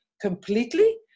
completely